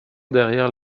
derrière